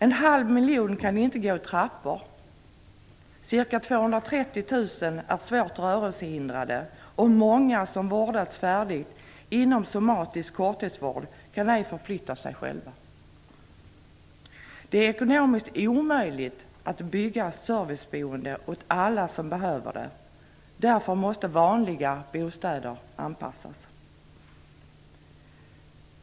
En halv miljon kan inte gå i trappor, ca 230 000 är svårt rörelsehindrade och många som vårdats färdigt inom somatisk korttidsvård kan ej förflytta sig själva. Det är ekonomiskt omöjligt att bygga serviceboende åt alla som behöver det. Därför måste vanliga bostäder anpassas.